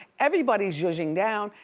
everybody's judging down.